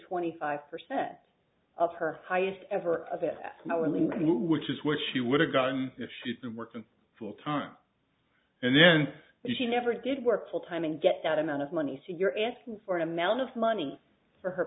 twenty five percent of her highest ever of it which is what she would have gotten if she'd been working full time and then she never did work full time and get that amount of money so you're asking for an amount of money for her